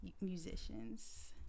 musicians